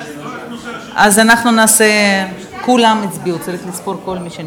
התרבות והספורט נתקבלה.